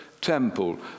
temple